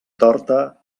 torta